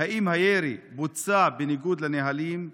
3. האם הירי בוצע בניגוד לנהלים?